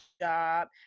job